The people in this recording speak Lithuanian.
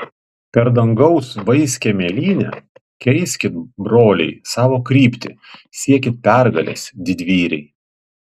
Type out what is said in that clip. per dangaus vaiskią mėlynę keiskit broliai savo kryptį siekit pergalės didvyriai